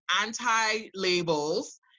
anti-labels